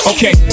Okay